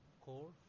core